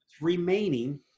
remaining